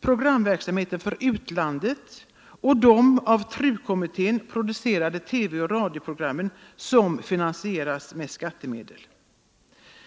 programverksamheten för utlandet och de av TRU kommittén producerade TV och ljudradioprogrammen som finansieras med skattemedel.